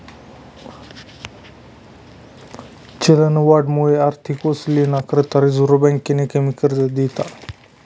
चलनवाढमुये आर्थिक वसुलीना करता रिझर्व्ह बँकेनी कमी कर्ज दिधात